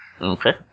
Okay